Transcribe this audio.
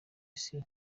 isi